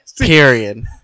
period